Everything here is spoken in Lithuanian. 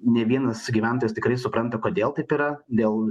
ne vienas gyventojas tikrai supranta kodėl taip yra dėl